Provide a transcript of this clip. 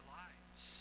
lives